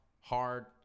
hard